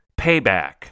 Payback